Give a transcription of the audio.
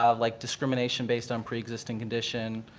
um like discrimination based on pre-existing condition.